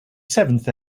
seventh